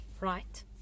right